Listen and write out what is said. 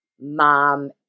Mom